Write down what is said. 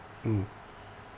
mm